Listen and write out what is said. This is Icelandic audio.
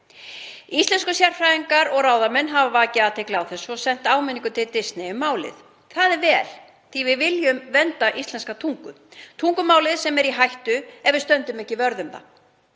Íslenskusérfræðingar og ráðamenn hafa vakið athygli á þessu og sent áminningu til Disney um málið. Það er vel því að við viljum vernda íslenska tungu, tungumálið, sem er í hættu ef við stöndum ekki vörð um það.